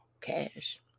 cash